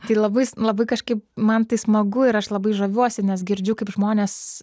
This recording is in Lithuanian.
tai labai labai kažkaip man tai smagu ir aš labai žaviuosi nes girdžiu kaip žmonės